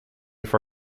for